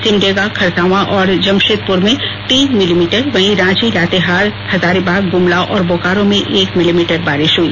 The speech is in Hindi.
सिमडेगा खरसावां और जमशेदपुर में तीन मिलीमीटर वहीं रांची लातेहार हजारीबाग गुमला और बोकारो में एक मिलीमीटर बारिश हुई